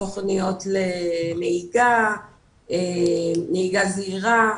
התוכניות לנהיגה זהירה,